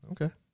Okay